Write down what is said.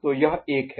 तो यह एक है